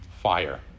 fire